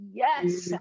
yes